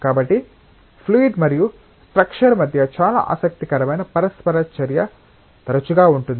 కాబట్టి ఫ్లూయిడ్ మరియు స్ట్రక్చర్ మధ్య చాలా ఆసక్తికరమైన పరస్పర చర్య తరచుగా ఉంటుంది